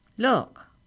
Look